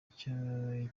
icyo